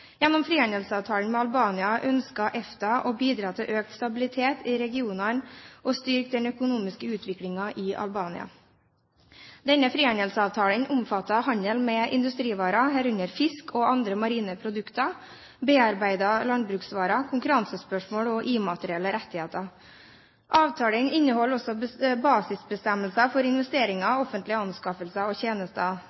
Gjennom frihandelsavtalen med Albania ønsket EFTA å bidra til økt stabilitet i regionene og styrke den økonomiske utviklingen i Albania. Denne frihandelsavtalen omfatter handel med industrivarer, herunder fisk og andre marine produkter, bearbeidede landbruksvarer, konkurransespørsmål og immaterielle rettigheter. Avtalen inneholder også basisbestemmelser for investeringer